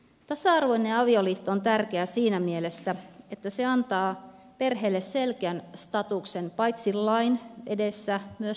tasa arvoinen avioliitto on tärkeä siinä mielessä että se antaa perheelle selkeän statuksen paitsi lain edessä myös sosiaalisesti